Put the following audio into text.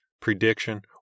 prediction